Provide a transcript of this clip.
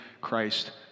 Christ